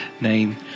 name